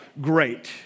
Great